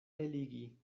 eligi